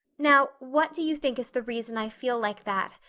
now, what do you think is the reason i feel like that?